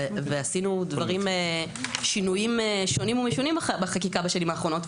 ועשינו שינויים שונים ומשונים בחקיקה בשנים האחרונות,